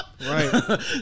Right